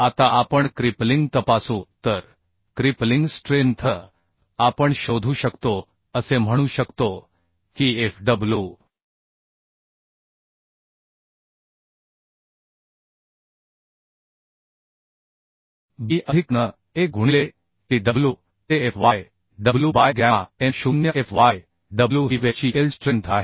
आता आपण क्रिपलिंग तपासू तर क्रिपलिंग स्ट्रेंथ आपण शोधू शकतो असे म्हणू शकतो की fw b अधिक n 1 गुणिले tw ते Fy wबाय गॅमा m 0 Fyw ही वेव्ह ची इल्ड स्ट्रेंथ आहे